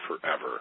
forever